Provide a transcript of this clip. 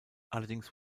allerdings